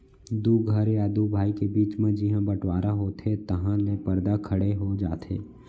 दू घर या दू भाई के बीच म जिहॉं बँटवारा होथे तहॉं ले परदा खड़े हो जाथे